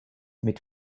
mit